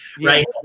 right